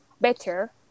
better